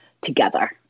together